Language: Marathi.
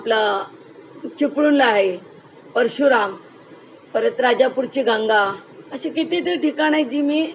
आपलं चिपळूणला आहे परशुराम परत राजापूरची गंगा अशी कितीतर ठिकाण आहेत जी मी